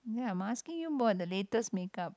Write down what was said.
ya must asking you brought the latest makeup